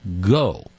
go